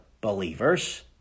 believers